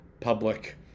public